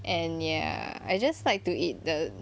and ya I just like to eat the